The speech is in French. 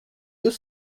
deux